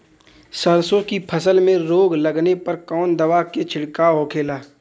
सरसों की फसल में रोग लगने पर कौन दवा के छिड़काव होखेला?